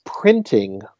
printing